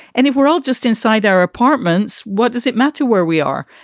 and if we're all just inside our apartments, what does it matter where we are?